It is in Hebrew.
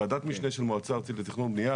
ועדת משנה של מועצה ארצית לתכנון ובנייה,